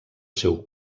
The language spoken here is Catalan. seu